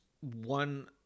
one